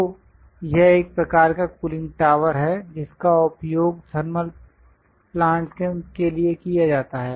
तो यह एक प्रकार का कूलिंग टॉवर है जिसका उपयोग थर्मल प्लांट के लिए किया जाता है